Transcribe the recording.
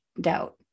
doubt